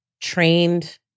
trained